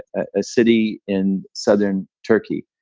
a city in southern turkey,